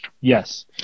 Yes